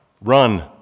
run